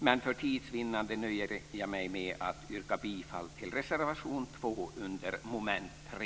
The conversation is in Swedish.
Men för tids vinnande nöjer jag mig med att yrka bifall till reservation 2 under mom. 3.